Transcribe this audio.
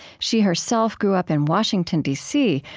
she herself grew up in washington, d c,